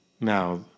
Now